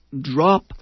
drop